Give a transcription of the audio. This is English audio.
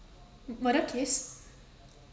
murder case